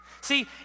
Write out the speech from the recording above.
See